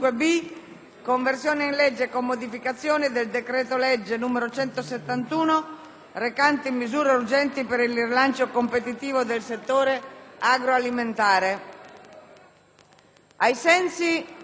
***Conversione in legge, con modificazioni, del decreto-legge 3 novembre 2008, n. 171, recante misure urgenti per il rilancio competitivo del settore agroalimentare***